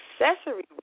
accessory